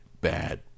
bad